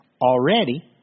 already